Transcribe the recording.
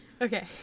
Okay